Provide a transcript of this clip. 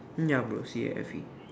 ya bro see I see